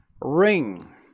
Ring